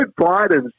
Biden